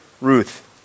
Ruth